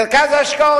מרכז ההשקעות,